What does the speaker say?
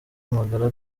magara